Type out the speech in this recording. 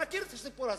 אני מכיר את הסיפור הזה.